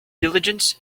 diligence